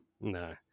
No